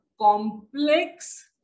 complex